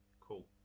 Cool